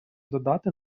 додати